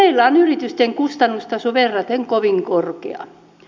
meillä on yritysten kustannustaso verraten kovin korkea